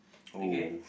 okay